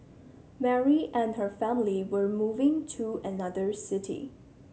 Mary and her family were moving to another city